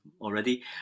already